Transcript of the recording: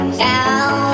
down